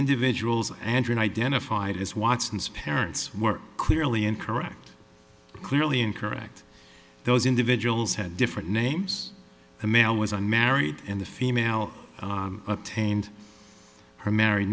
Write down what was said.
individuals and when identified as watson's parents were clearly incorrect clearly incorrect those individuals had different names a male was unmarried and the female attained her married